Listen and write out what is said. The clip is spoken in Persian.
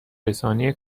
رسانی